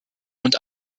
und